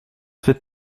cette